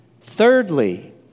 Thirdly